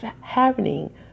happening